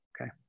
Okay